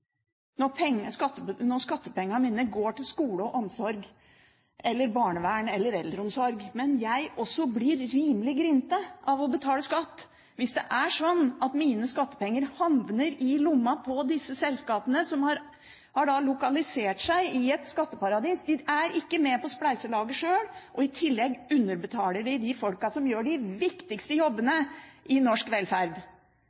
skattepengene mine går til skole og omsorg, barnevern eller eldreomsorg. Men også jeg blir rimelig grinete av å betale skatt hvis det er sånn at mine skattepenger havner i lomma på disse selskapene som har lokalisert seg i et skatteparadis. De er ikke med på spleiselaget. I tillegg underbetaler de de folkene som gjør de viktigste